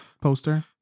poster